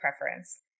preference